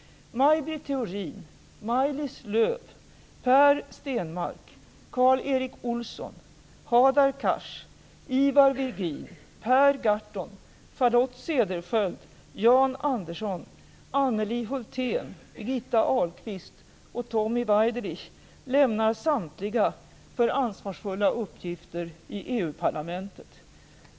Maj Britt Theorin, Maj-Lis Lööw, Per Stenmarck, Karl Erik Olsson, Ahlqvist och Tommy Waidelich lämnar samtliga riksdagen för ansvarsfulla uppgifter i EU-parlamentet.